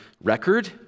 record